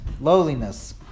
Lowliness